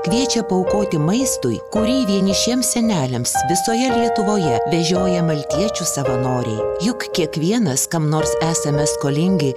kviečia paaukoti maistui kurį vienišiems seneliams visoje lietuvoje vežioja maltiečių savanoriai juk kiekvienas kam nors esame skolingi